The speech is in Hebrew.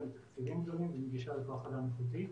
מתקציבים גדולים ומגישה לכוח אדם איכותי.